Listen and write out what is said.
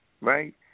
Right